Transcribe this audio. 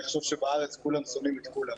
יחשוב שבארץ כולם שונאים את כולם.